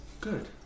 Good